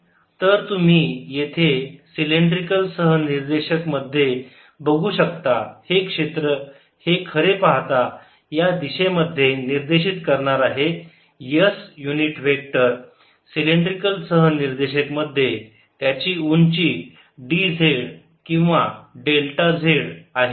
Fxy2xi3yj तर तुम्ही येथे सिलेंड्रिकल सहनिर्देशक मध्ये बघू शकता हे क्षेत्र हे खरे पाहता या दिशेमध्ये निर्देशीत करणार आहे s युनिट वेक्टर सिलेंड्रिकल सहनिर्देशक मध्ये त्याची उंची dz किंवा डेल्टाz आहे